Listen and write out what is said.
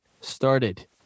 started